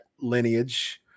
lineage